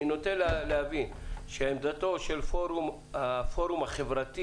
ני נוטה להבין שעמדתו של הפורום החברתי